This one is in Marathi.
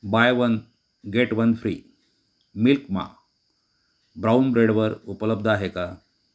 bye one get one free milk मा ब्राउन ब्रेडवर उपलब्ध आहे का